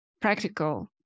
practical